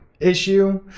Issue